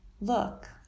look